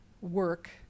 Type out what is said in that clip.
work